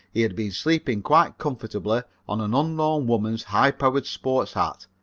he had been sleeping quite comfortably on an unknown woman's high powered sport hat,